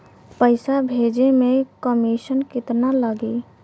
पैसा भेजे में कमिशन केतना लागि?